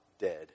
dead